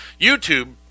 YouTube